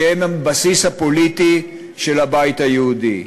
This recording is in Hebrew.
שהם הבסיס הפוליטי של הבית היהודי.